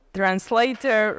translator